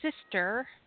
sister